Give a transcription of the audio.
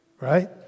Right